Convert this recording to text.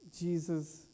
Jesus